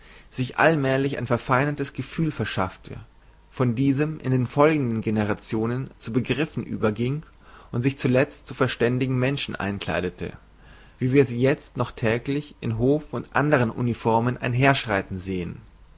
sich allmählig ein verfeinertes gefühl verschaffte von diesem in den folgenden generationen zu begriffen überging und sich zulezt zu verständigen menschen einkleidete wie wir sie jezt noch täglich in hof und anderen uniformen einherschreiten sehen